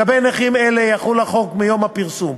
לגבי נכים אלו יחול החוק מיום הפרסום,